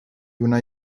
una